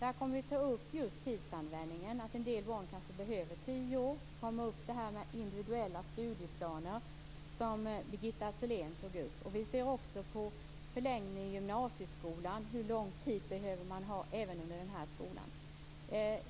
Vi kommer att ta upp just tidsanvändningen, att en del barn kanske behöver tio år. Vi kommer också att ta upp individuella studieplaner, som Birgitta Sellén berörde. Vi skall också studera en förlängning av gymnasieskolan, hur lång tid man behöver även i den skolan.